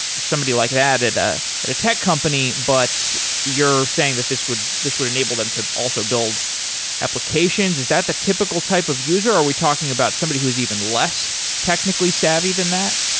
somebody like that at ah at a tech company, but you're saying that this would this would enable them to also build applications. is that the typical type of user? are we talking about somebody who's even less technically savvy than that?